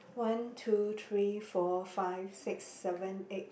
one two three four five six seven eight